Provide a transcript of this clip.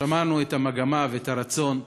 שמענו את המגמה ואת הרצון.